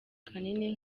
kanini